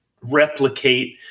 replicate